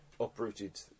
uprooted